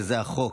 זה החוק,